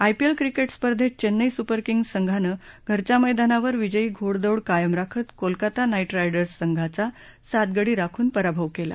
IPL cricket स्पर्धेत Chennai super kings संघानं घरच्या मद्यानावर विजयी घोडदौड कायम राखत कोलकाता नाईट रायडर्स संघाचा सात गडी राखून पराभव कल्ला